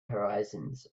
horizons